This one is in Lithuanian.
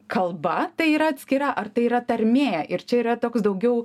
kalba tai yra atskira ar tai yra tarmė ir čia yra toks daugiau